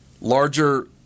larger